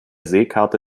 seekarte